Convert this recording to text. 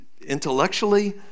intellectually